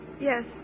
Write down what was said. Yes